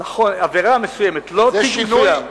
עבירה מסוימת, לא תיק מסוים.